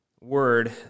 word